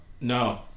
No